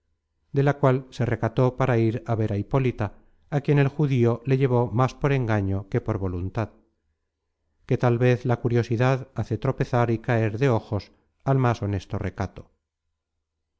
de la cual se recató para ir a ver á hipólita á quien el judío le llevó más por engaño que por voluntad que tal vez la curiosidad hace tropezar y caer de ojos al más honesto recato